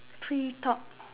free talk